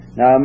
Now